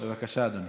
בבקשה, אדוני.